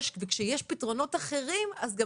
וכשיש פתרונות אחרים אז גם